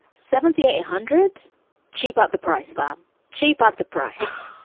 seventy eight hundred cheap at the price for um cheap at the price. oh,